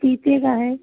पपीते का है